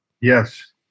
Yes